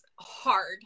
hard